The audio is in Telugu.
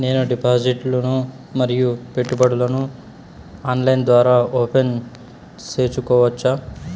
నేను డిపాజిట్లు ను మరియు పెట్టుబడులను ఆన్లైన్ ద్వారా ఓపెన్ సేసుకోవచ్చా?